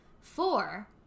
Four